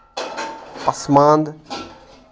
پسمانٛدٕ